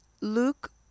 Luke